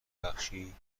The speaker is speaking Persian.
بخشی